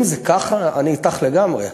אם זה ככה, אני אתך לגמרי.